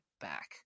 back